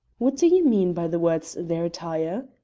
what do you mean by the words their attire?